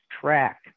track